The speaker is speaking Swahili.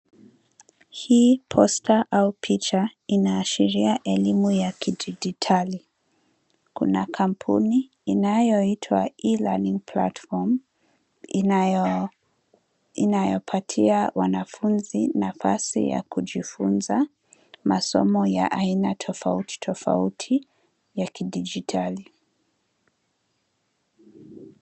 Hii posta au picha inaashiria elimu ya kidijitali, kuna kampuni inayoitwa E-learning Platform, inayopatia wanafunzi nafasi ya kujifunza masomo ya aina tofauti tofauti ya kidijitali.